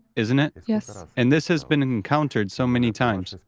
isn't it? tz yes. and this has been encountered so many times,